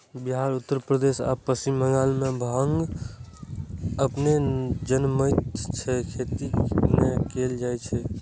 बिहार, उत्तर प्रदेश आ पश्चिम बंगाल मे भांग अपने जनमैत छै, खेती नै कैल जाए छै